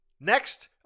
Next